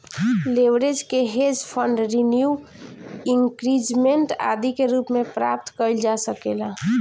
leverage के hedge fund renew increment आदि के रूप में प्राप्त कईल जा सकेला